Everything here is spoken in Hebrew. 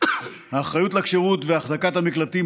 האחריות לכשירות ולהחזקה של המקלטים,